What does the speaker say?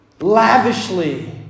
lavishly